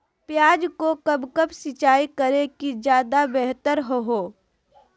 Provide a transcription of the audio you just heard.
प्याज को कब कब सिंचाई करे कि ज्यादा व्यहतर हहो?